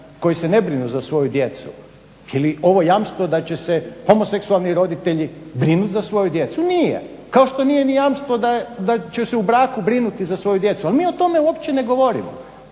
koji se ne brinu za svoju djecu. Je li ovo jamstvo da će se homoseksualni roditelji brinuti za svoju djecu? Nije kao što nije ni jamstvo da će se u braku brinuti za svoju djecu ali mi o tome uopće ne govorimo.